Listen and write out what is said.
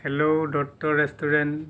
hello Dutta restaurant